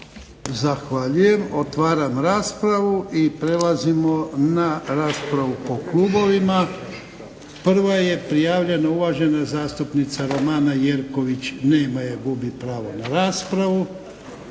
Zahvaljujem. Otvaram raspravu. Prelazimo na raspravu po klubovima. Prva je prijavljena uvažena zastupnica Romana Jereković. Nema je, gubi pravo na raspravu.